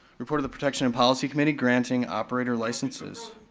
report of the protection and policy committee granting operator licenses.